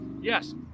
Yes